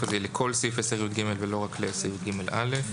הזה היא לכל סעיף 10יג ולא רק לסעיף (ג)(א).